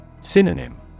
Synonym